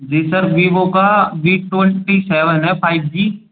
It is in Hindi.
जी सर वीवो का वी ट्वेंटी सेवेन है फाइव जी